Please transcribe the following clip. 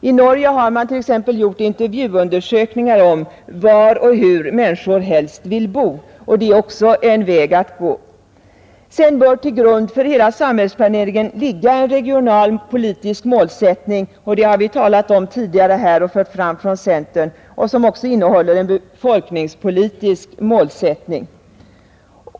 Man har t.ex. i Norge gjort intervjuundersökningar om var och hur människor helst vill bo, och det är också en väg att gå. Sedan bör till grund för hela samhällsplaneringen ligga en regionalpolitisk målsättning — det har vi talat om tidigare här och fört fram från centern — som också innehåller en befolkningspolitisk målsättning.